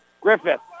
Griffith